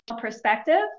perspective